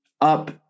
up